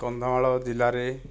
କନ୍ଧମାଳ ଜିଲ୍ଲାରେ